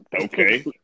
okay